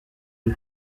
iba